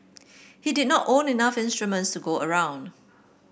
he did not own enough instruments to go around